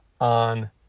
on